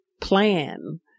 plan